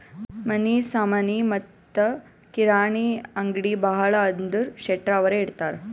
ಮನಿ ಸಾಮನಿ ಮತ್ತ ಕಿರಾಣಿ ಅಂಗ್ಡಿ ಭಾಳ ಅಂದುರ್ ಶೆಟ್ಟರ್ ಅವ್ರೆ ಇಡ್ತಾರ್